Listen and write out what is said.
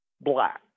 Black